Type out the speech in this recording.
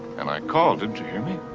and i called. didn't you hear me?